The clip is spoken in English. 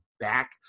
back